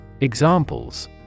Examples